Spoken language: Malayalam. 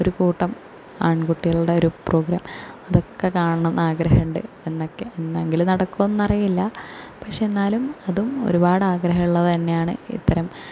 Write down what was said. ഒരു കൂട്ടം ആൺകുട്ടികൾടെ ഒരു പ്രോഗ്രാം അതൊക്കെ കാണണംന്ന് ആഗ്രഹമുണ്ട് എന്നക്കെ എന്നെങ്കിലും നടക്കുവെന്നറിയില്ല പക്ഷേ എന്നാലും അതും ഒരുപാടാഗ്രഹമുള്ളത് തന്നെയാണ് ഇത്തരം